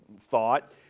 thought